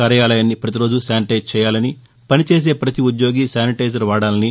కార్యాలయాన్ని ప్రతిరోజు శానిటైజ్ చేయాలని పనిచేసే ప్రతి ఉద్యోగి శానిటైజర్ వాడాలని